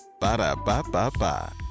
Ba-da-ba-ba-ba